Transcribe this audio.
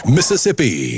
Mississippi